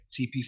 tp